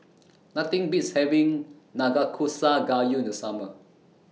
Nothing Beats having Nanakusa Gayu The Summer